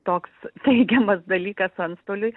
toks teigiamas dalykas antstoliui